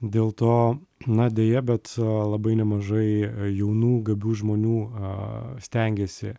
dėl to na deja bet labai nemažai jaunų gabių žmonių a stengėsi